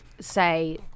say